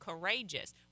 courageous